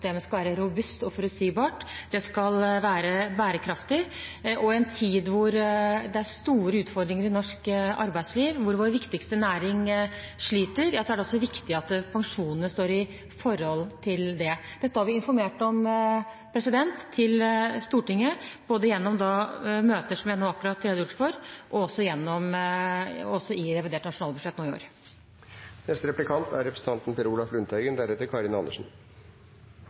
skal være robust og forutsigbart. Det skal være bærekraftig. Og i en tid hvor det er store utfordringer i norsk arbeidsliv, hvor vår viktigste næring sliter, er det viktig at pensjonene står i forhold til det. Dette har vi informert Stortinget om, både gjennom møter som jeg nå har redegjort for, og også i revidert nasjonalbudsjett i år. I innstillinga som vi nå behandler, framgår det på side 2: «Etter at tallgrunnlaget er